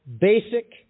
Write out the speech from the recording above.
basic